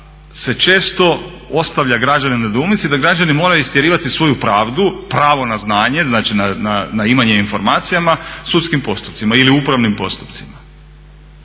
se često ostavlja građane u nedoumici da građani moraju istjerivati svoju pravdu, pravo na znanje, znači na imanje informacija sudskim postupcima ili upravnim postupcima.